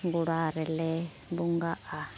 ᱜᱳᱲᱟ ᱨᱮᱞᱮ ᱵᱚᱸᱜᱟᱼᱟ